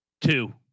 Two